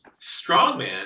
strongman